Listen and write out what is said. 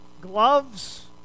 gloves